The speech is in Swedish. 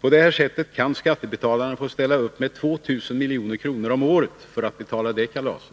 På detta sätt kan skattebetalarna få ställa upp med 2 miljarder kronor om året för att betala kalaset.